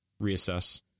reassess